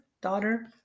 daughter